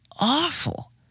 awful